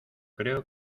creo